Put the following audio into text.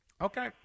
Okay